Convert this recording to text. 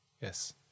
Yes